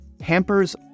hampers